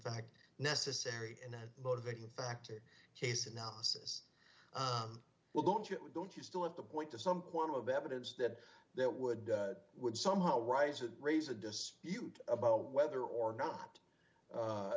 fact necessary in a motivating factor case analysis well don't you don't you still have to point to some form of evidence that that would would somehow rise or raise a dispute about whether or not